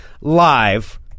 live